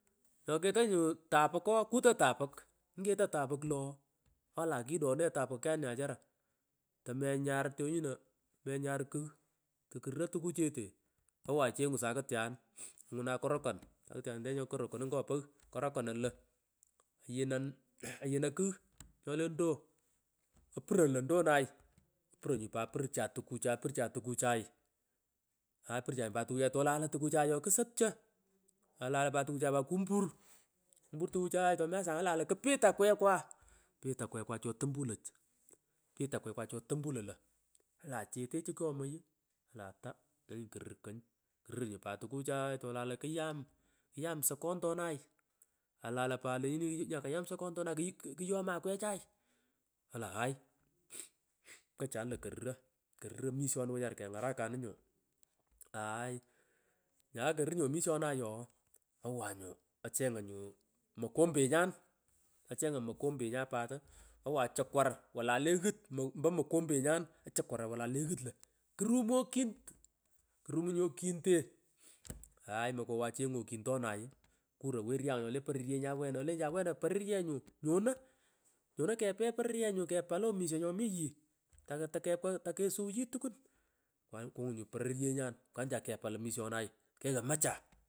Toketo nyu tapuk ooh kuto tapuk nyi keto tapuk lo ooh olan kidone tapukwanu nya chara tomenyak buonyino tamenya kugh itokuuro tukuchete owan chengu sakutyan nguna akoro sakutyan nyokorokonoi ngonpogh. karokanan io yinan yinan kugh nyole ndoo aputon ndonay opuron nyu pat pat tukuchai purchan tukuchaa aay purchan inyu pat tukuchai tol tukuuchai ooh kisopcho, tolalo pat tukuchay kumpurikumpur tukuchay tomi asakonga tolaro kupit akwekwa ipit akwekwa chotambula pit akwe kwa cho tampuloch io, ola achete chikwomoghi olan nyanykurur kuny runyu pat tukuchai tolalo kuyam kuyam soko stationary olabo pat lenyini nyakayam sokontonay kuyomo akwecha olaan aay pkochanu koruro korur omishoni owangu achengan nyu mokombenyun, achenganh mokombenyun wolay le ngut lo, kurumu okin krumu nyu kinte aach. mokom wena pororyenyu nyomoanyono kepe pororyenyu kepala omisho nyii tae takekwa tokesuwugi tukwun kwa, kungunyu pororyenyun pkanacha kepal omishohay keghamacha.